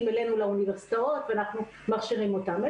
אלינו לאוניברסיטאות ואנחנו מכשירים אותם,